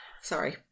Sorry